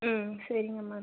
ம் சரிங்க மேம்